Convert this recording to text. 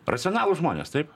racionalūs žmonės taip